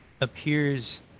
appears